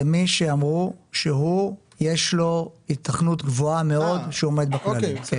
זה מי שאמרו שיש לו היתכנות גבוהה מאד שהוא עומד בתנאים.